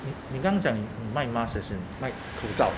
你你刚讲卖 mask as in 卖口罩